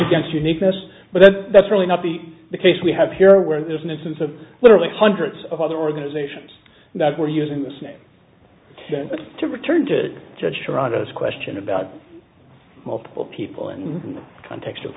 against uniqueness but that's really not be the case we have here where there's an instance of literally hundreds of other organizations that were using the snake to return to judge serranos question about multiple people and the context of